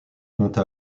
compte